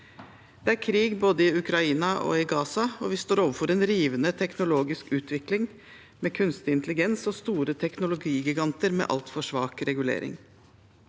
Det er krig både i Ukraina og i Gaza, og vi står overfor en rivende teknologisk utvikling med kunstig intelligens og store teknologigiganter med altfor svak regulering.